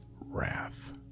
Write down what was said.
wrath